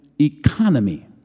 economy